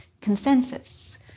consensus